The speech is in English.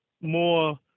more